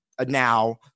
now